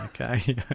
okay